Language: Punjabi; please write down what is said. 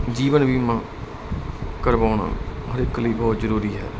ਜੀਵਨ ਬੀਮਾ ਕਰਵਾਉਣਾ ਹਰ ਇੱਕ ਲਈ ਬਹੁਤ ਜਰੂਰੀ ਹੈ